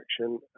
action